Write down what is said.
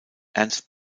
ernst